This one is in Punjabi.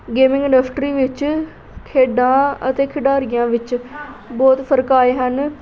ਗੇਮਿੰਗ ਇੰਡਸਟਰੀ ਵਿੱਚ ਖੇਡਾਂ ਅਤੇ ਖਿਡਾਰੀਆਂ ਵਿੱਚ ਬਹੁਤ ਫਰਕ ਆਏ ਹਨ